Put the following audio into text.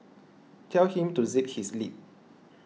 tell him to zip his lip